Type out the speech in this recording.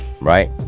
right